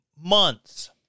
months